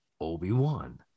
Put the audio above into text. Obi-Wan